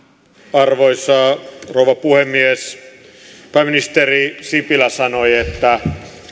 arvoisa rouva puhemies pääministeri sipilä sanoi että